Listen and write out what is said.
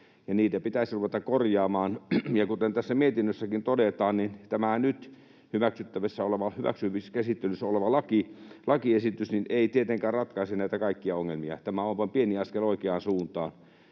niitä pitäisi ruveta korjaamaan. Ja kuten tässä mietinnössäkin todetaan, tämä nyt hyväksymiskäsittelyssä oleva lakiesitys ei tietenkään ratkaise näitä kaikkia ongelmia. Tämä on vain pieni askel oikeaan suuntaan.